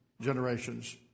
generations